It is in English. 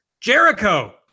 Jericho